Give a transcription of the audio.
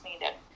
needed